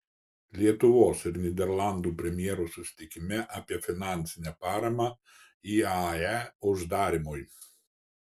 lietuvos ir nyderlandų premjerų susitikime apie finansinę paramą iae uždarymui